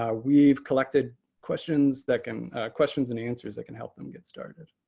ah we've collected questions that can questions and answers that can help them get started.